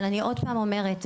אבל אני עוד פעם אומרת,